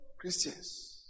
Christians